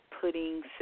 putting